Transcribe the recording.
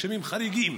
גשמים חריגים,